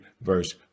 verse